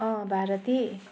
Bharati